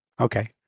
okay